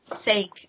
sake